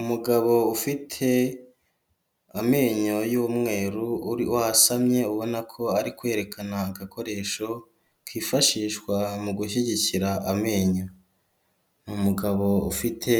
Umugabo ufite amenyo y'umweru, wasamye, ubona ko ari kwerekana agakoresho kifashishwa mu gushyigikira amenyo. Ni umugabo ufite